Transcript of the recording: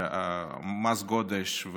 מס גודש,